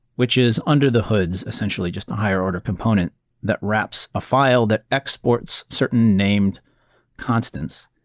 which is under the hoods essentially just a higher order component that wraps a file that exports certain named constants.